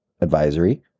advisory